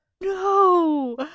No